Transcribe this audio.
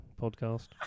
podcast